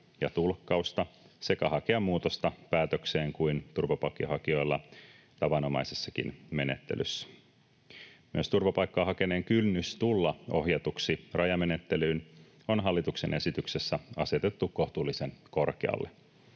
sekä hakea muutosta päätökseen kuin turvapaikanhakijoilla tavanomaisessakin menettelyssä. Myös turvapaikkaa hakeneen kynnys tulla ohjatuksi rajamenettelyyn on hallituksen esityksessä asetettu kohtuullisen korkealle.